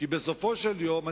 כי בסופו של יום,